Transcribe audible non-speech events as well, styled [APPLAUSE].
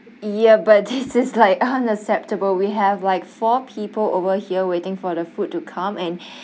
ya but this is like unacceptable we have like four people over here waiting for the food to come and [BREATH]